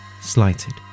slighted